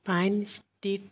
pine street